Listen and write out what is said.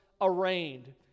arraigned